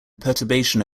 perturbation